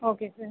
okay sir